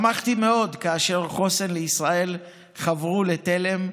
שמחתי מאוד כאשר חוסן לישראל חברו לתל"ם,